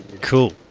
Cool